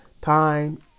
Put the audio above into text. time